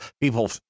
people